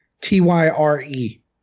T-Y-R-E